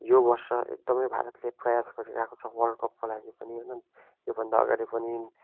यो बर्ष एकदमै भारतले प्रयास गरिराको छ वर्ल्ड कपको लागि पनि होइन योभन्दा अगाडि पनि